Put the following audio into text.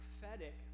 prophetic